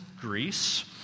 Greece